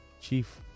chief